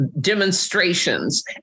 demonstrations